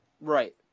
Right